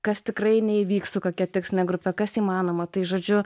kas tikrai neįvyks su kokia tiksline grupe kas įmanoma tai žodžiu